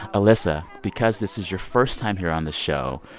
alissa, because this is your first time here on the show,